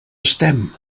estem